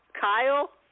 Kyle